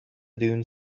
dune